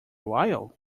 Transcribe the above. while